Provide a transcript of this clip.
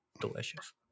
delicious